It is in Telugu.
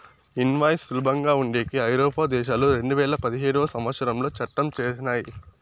ఇన్వాయిస్ సులభంగా ఉండేకి ఐరోపా దేశాలు రెండువేల పదిహేడవ సంవచ్చరంలో చట్టం చేసినయ్